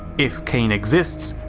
if kane exists,